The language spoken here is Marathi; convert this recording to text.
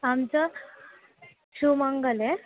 आमचं शिवमंगल आहे